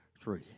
three